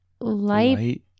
light